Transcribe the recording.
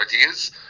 ideas